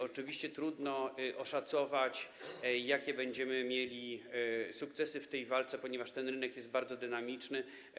Oczywiście trudno oszacować, jakie będziemy mieli sukcesy w tej walce, ponieważ ten rynek jest bardzo dynamiczny.